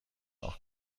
auch